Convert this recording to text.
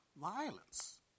violence